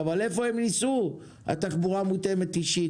איפה תיסע התחבורה המותאמת אישית,